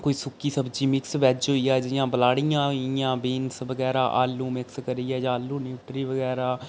कोई सुक्की सब्जी मिक्स वैज्ज होई गेआ जि'यां बलाह्ड़ियां होई गेइयां बीन्स बगैरा आसू मिक्स करियै जां आसू न्यूट्री बगैरा